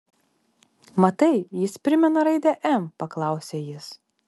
matai jis primena raidę m paklausė jis